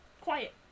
Quiet